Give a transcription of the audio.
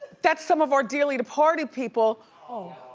that's some of our dearly departed people. oh.